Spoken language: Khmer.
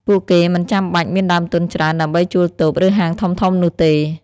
ពួកគេមិនចាំបាច់មានដើមទុនច្រើនដើម្បីជួលតូប ឬហាងធំៗនោះទេ។